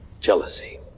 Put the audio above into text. jealousy